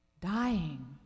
Dying